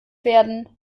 werden